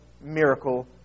miracle